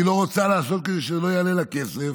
היא לא רוצה לעשות, כדי שזה לא יעלה לה כסף,